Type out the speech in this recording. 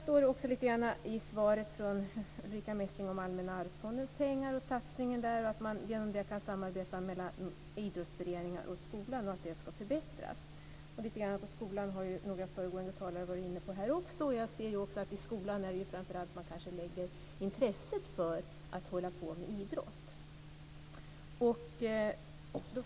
Det står också lite grann i svaret från Ulrica Messing om Allmänna arvsfondens pengar och att den satsning som görs ska förbättra samarbetet mellan idrottsföreningar och skolan. Några föregående talare har också varit inne lite grann på skolan. Jag anser också att det framför allt är i skolan man grundlägger intresset för att hålla på med idrott.